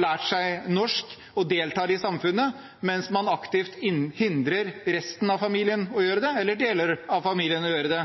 lært seg norsk og delta i samfunnet, mens man aktivt hindrer resten av familien, eller deler av familien, i å gjøre det.